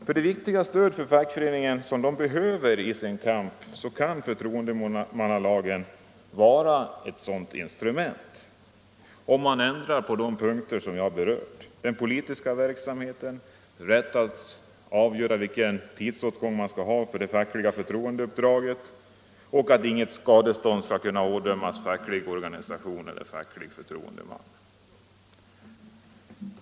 Förtroendemannalagen kan vara ett instrument för att ge fackföreningen det stöd den behöver i sin kamp, om man ändrar den på de punkter jag här berört: den politiska verksamheten, rätten att avgöra vilken tidsåtgång det fackliga förtroendeuppdraget kräver samt att inget skadestånd 85 skall kunna ådömas facklig organisation eller facklig förtroendeman.